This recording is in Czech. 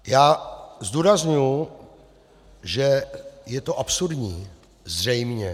Já zdůrazňuji, že je to absurdní, zřejmě.